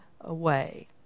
away